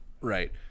Right